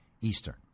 Eastern